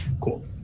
cool